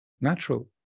natural